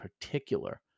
particular